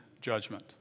judgment